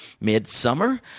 midsummer